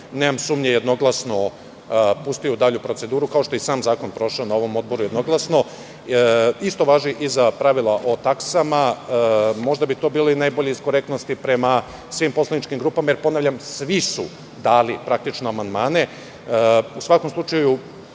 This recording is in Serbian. nemam sumnje, jednoglasno pustio u dalju proceduru, kao što je i sam zakon prošao na ovom odboru, jednoglasno. Isto važi i za pravila o taksama. Možda bi to bilo najbolje iz korektnosti prema svim poslaničkim grupama, jer, ponavljam, svi su dali praktično amandmane. Mislim da